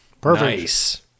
Perfect